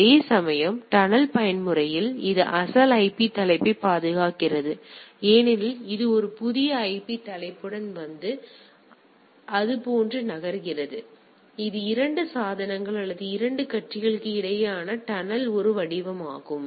அதேசமயம் டனல் பயன்முறையில் இது அசல் ஐபி தலைப்பைப் பாதுகாக்கிறது ஏனெனில் இது ஒரு புதிய ஐபி தலைப்புடன் வந்து அதுபோன்று நகர்கிறது எனவே இது 2 சாதனங்கள் அல்லது 2 கட்சிகளுக்கு இடையிலான டனல் ஒரு வடிவமாகும்